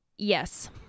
Yes